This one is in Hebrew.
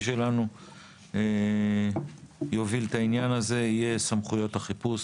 של הכנסת יוביל את העניין הזה יהיה סמכויות החיפוש.